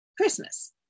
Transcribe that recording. Christmas